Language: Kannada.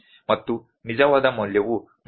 ಮತ್ತು ನಿಜವಾದ ಮೌಲ್ಯವು 127